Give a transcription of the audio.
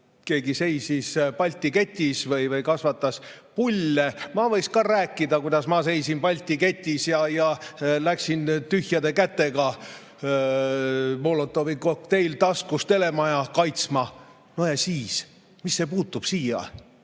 keegi seisis Balti ketis või kasvatas pulle? Ma võiksin rääkida, kuidas ma seisin Balti ketis ja läksin tühjade kätega, Molotovi kokteil taskus, telemaja kaitsma. No ja siis, mis see puutub siia?